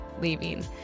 leaving